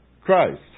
Christ